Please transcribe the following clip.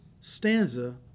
stanza